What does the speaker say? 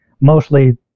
mostly